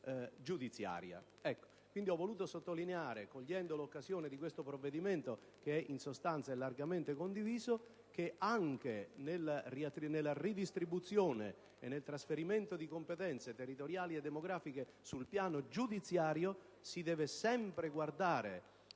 Ho voluto sottolineare, cogliendo l'occasione di questo provvedimento che in sostanza è largamente condiviso, che anche nella redistribuzione e nel trasferimento di competenze territoriali e demografiche sul piano giudiziario si deve sempre guardare